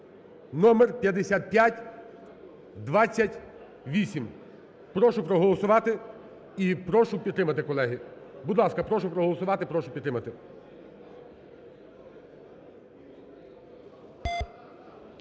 (№ 5528). Прошу проголосувати і прошу підтримати, колеги. Будь ласка, прошу проголосувати, прошу підтримати.